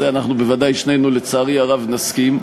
על זה אנחנו בוודאי, שנינו, לצערי הרב, נסכים.